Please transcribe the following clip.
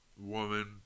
woman